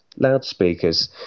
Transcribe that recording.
loudspeakers